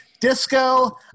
Disco